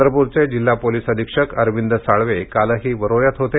चंद्रपूरचे जिल्हा पोलिस अधिक्षक अरविंद साळवे कालही वरोऱ्यात होते